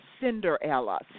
Cinderella